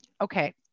Okay